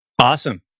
Awesome